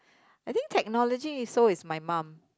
I think technology is so it's my mum